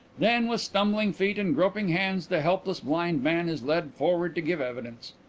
then with stumbling feet and groping hands the helpless blind man is led forward to give evidence.